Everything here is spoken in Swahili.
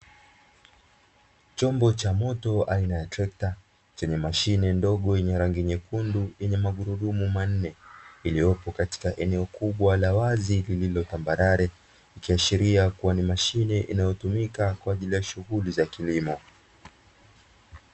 Chombo cha moto aina ya trekta chenye mashine ndogo ya rangi nyekundu; yenye magurudumu manne, iliyopo katika eneo kubwa la wazi lililo tambarare, ikiashiria ni mashine inayotumika kwa ajili ya shughuli za kilimo.